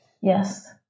Yes